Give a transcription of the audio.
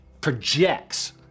projects